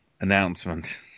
announcement